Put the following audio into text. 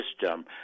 system